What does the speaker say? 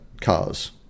cars